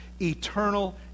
eternal